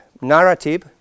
narrative